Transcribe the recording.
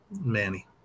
Manny